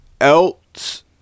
else